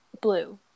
blue